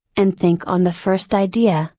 and think on the first idea,